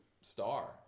star